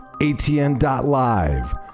ATN.Live